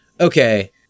Okay